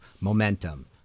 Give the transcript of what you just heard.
momentum